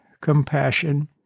compassion